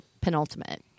penultimate